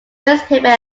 newspaper